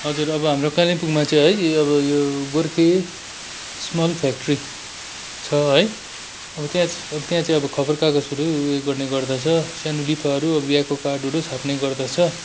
हजुर अब हाम्रो कालिम्पोङमा चाहिँ है अब यो गोर्खे स्मल फ्याक्ट्री छ है अब त्यहाँ अब त्यहाँ चाहिँ अब खबरकागजहरू उयो गर्ने गर्दछ सानो लिफाहरू बिहाको कार्डहरू छाप्ने गर्दछ